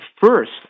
first